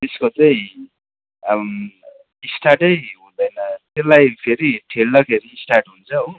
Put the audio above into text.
त्यसको चाहिँ स्टार्टै हुँदैन त्यसलाई फेरि ठेल्दाखेरि स्टार्ट हुन्छ हो